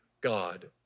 God